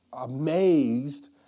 amazed